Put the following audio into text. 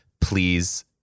please